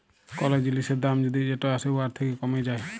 call জিলিসের দাম যদি যেট আসে উয়ার থ্যাকে কমে যায়